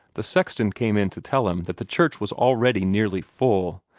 the sexton came in to tell him that the church was already nearly full,